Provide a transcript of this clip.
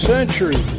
century